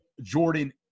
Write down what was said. Jordan